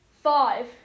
five